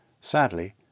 Sadly